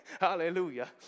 Hallelujah